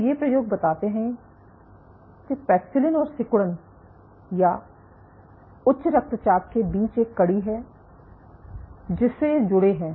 तो ये प्रयोग बताते है की पैक्सिलिन और सिकुड़न या उच्च रक्तचाप के बीच एक कड़ी है जिससे ये जुड़े हैं